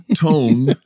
tone